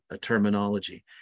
terminology